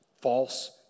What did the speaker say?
false